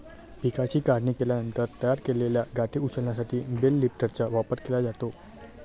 पिकाची काढणी केल्यानंतर तयार केलेल्या गाठी उचलण्यासाठी बेल लिफ्टरचा वापर केला जातो